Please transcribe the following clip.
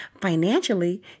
Financially